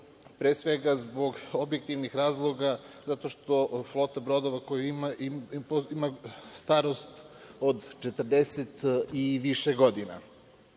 pre svega zbog objektivnih razloga zato što flota brodova je u starosti od 40 i više godina.